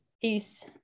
Peace